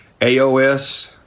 AOS